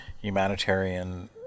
humanitarian